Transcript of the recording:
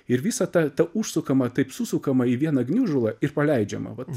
ir visa ta ta užsukama taip susukama į vieną gniužulą ir paleidžiama vat